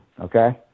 Okay